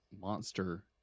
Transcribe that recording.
monster